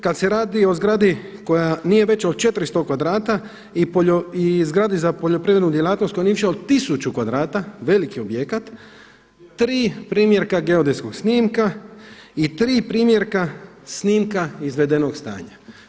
Kad se radi o zgradi koja nije veća od 400 kvadrata i zgradi za poljoprivrednu djelatnost koja nije više od tisuću kvadrata veliki objekat, tri primjerka geodetskog snimka i tri primjerka snimka izvedenog stanja.